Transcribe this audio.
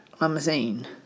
limousine